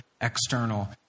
external